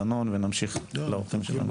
דנון ונמשיך לאורחים שלנו.